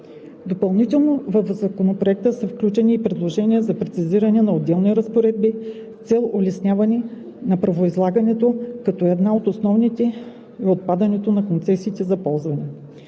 Допълнително в Законопроекта са включени и предложения за прецизиране на отделни разпоредби с цел улесняване на правоприлагането, като една от основните е отпадането на концесиите за ползване.